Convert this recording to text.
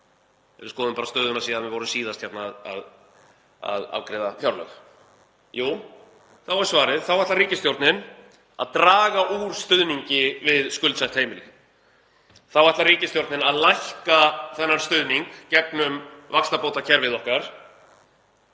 við skoðum bara stöðuna síðan við vorum síðast að afgreiða fjárlög? Jú, þá er svarið að ríkisstjórnin ætlar að draga úr stuðningi við skuldsett heimili. Þá ætlar ríkisstjórnin að lækka þennan stuðning í gegnum vaxtabótakerfið okkar